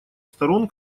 сторон